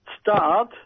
start